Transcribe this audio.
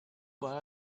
but